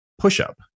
push-up